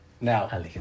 Now